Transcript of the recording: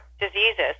diseases